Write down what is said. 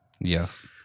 Yes